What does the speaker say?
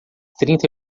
trinta